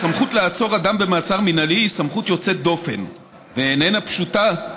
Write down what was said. הסמכות לעצור אדם במעצר מינהלי היא סמכות יוצאת דופן ואיננה פשוטה.